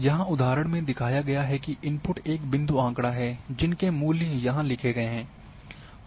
यहां उदाहरण में दिखाया गया है कि इनपुट एक बिंदु आँकड़ा है जिनके मूल्य यहां लिखे गए हैं